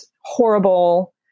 horrible